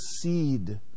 seed